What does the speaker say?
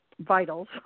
vitals